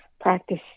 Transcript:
practice